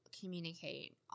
communicate